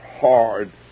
hard